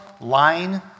line